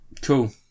Cool